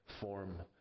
form